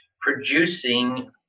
producing